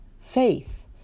faith